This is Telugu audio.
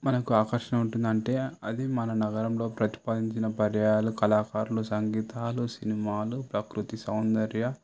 మనకు ఆకర్షణ ఉంటుంది అంటే అది మన నగరంలో ప్రతిపాదించిన పర్యాలు కళాకారులు సంగీతాలు సినిమాలు ప్రకృతి సౌందర్య